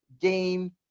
game